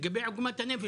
לגבי עוגמת הנפש,